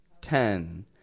ten